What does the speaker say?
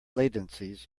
latencies